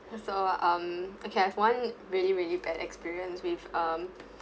that's all um okay I have one really really bad experience with um